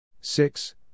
Six